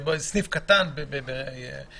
סניף קטן באופקים,